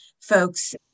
folks